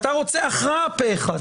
אתה רוצה הכרעה פה אחד.